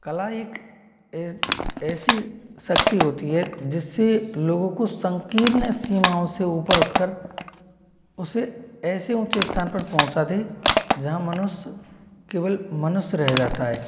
कला एक ए ऐसी शक्ति होती है जिससे लोगों को संकीर्ण सीमााओं से ऊपर उठकर उसे ऐसे ऊँचे स्थान पर पहुँचा दे जहाँ मनुष्य केवल मनुष्य रह जाता है